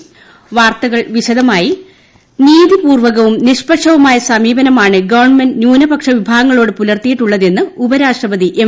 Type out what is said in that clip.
വെങ്കയ്യ നായിഡു നീതിപൂർവകവും നിഷ്പക്ഷവുമായ സമീപനമാണ് ഗവൺമെന്റ് ന്യൂനപക്ഷ വിഭാഗങ്ങളോട് പുലർത്തിയിട്ടുള്ളതെന്ന് ഉപരാഷ്ട്രപതി എം